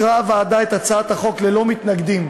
אישרה הוועדה את הצעת החוק ללא מתנגדים,